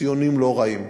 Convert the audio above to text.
ציונים לא רעים,